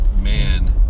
man